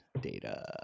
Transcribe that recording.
data